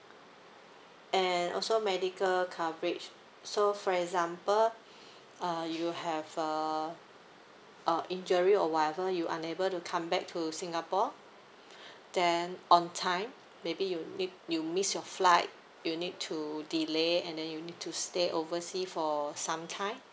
and also medical coverage so for example uh you have a uh injury or whatever you unable to come back to singapore then on time maybe you you miss your flight you need to delay and then you need to stay oversea for some time